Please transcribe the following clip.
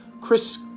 Chris